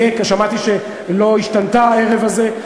שמעתי שהיא לא השתנתה הערב הזה,